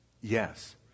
Yes